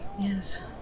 Yes